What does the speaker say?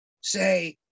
say